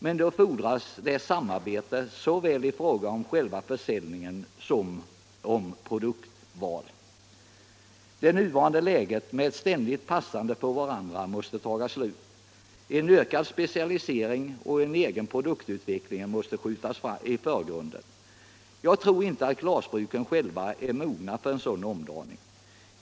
Men då fordras det samarbete såväl i fråga om själva försäljningen som i fråga om produktval. Det nuvarande läget med ett ständigt passande på varandra måste ändras. Ökad specialisering och egen produktutveckling 197 måste skjutas i förgrunden. Jag tror inte att glasbruken själva är mogna för en sådan omdaning.